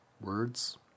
words